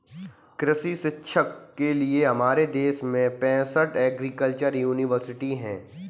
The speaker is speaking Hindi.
कृषि शिक्षा के लिए हमारे देश में पैसठ एग्रीकल्चर यूनिवर्सिटी हैं